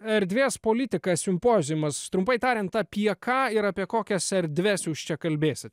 erdvės politika simpoziumas trumpai tariant apie ką ir apie kokias erdves jūs čia kalbėsit